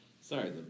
Sorry